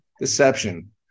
deception